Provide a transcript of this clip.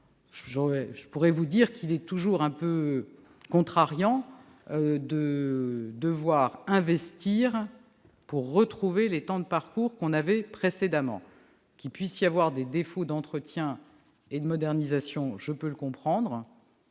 Je pourrais vous dire qu'il est toujours un peu contrariant de devoir investir pour retrouver les temps de parcours qu'on connaissait précédemment. Qu'il puisse y avoir des défauts d'entretien et de modernisation, je peux le comprendre,